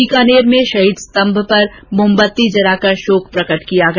बीकानेर में शहीद स्तम्भ पर मोतबत्ती जलाकर शोक प्रकट किया गया